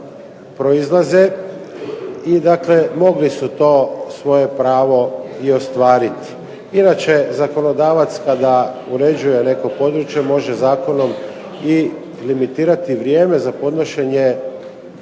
proizlaze. I dakle, mogli su to svoje pravo i ostvariti. Inače, zakonodavac kada uređuje neko područje može zakonom i limitirati vrijeme za podnošenje